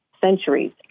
centuries